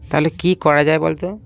তাহলে কী করা যায় বলত